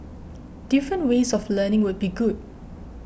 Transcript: different ways of learning would be good